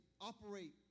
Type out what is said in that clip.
operate